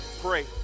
pray